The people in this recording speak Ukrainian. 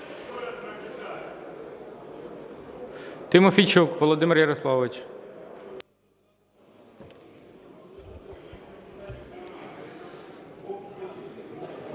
Тимофійчук Володимир Ярославович.